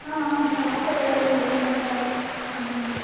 ஆ ஆமாம்ங்க sir offer ஏதாவது இருக்கிற மாதிரி இருந்தால் காம்மியுங்க சார்